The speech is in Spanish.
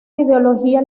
ideología